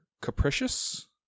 capricious